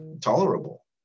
tolerable